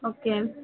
okay